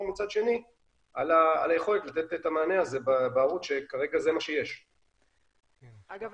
על היכולת לתת את המענה הזה בערוץ כאשר כרגע זה מה שיש.